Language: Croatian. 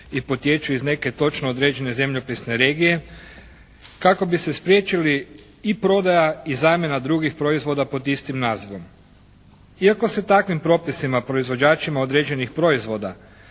i potječu iz neke točno određene zemljopisne regije kako bi se spriječili i prodaja i zamjena drugih proizvoda pod istim nazivom. Iako se takvim propisima proizvođačima određenih proizvoda